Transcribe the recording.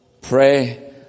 Pray